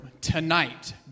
tonight